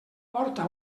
porta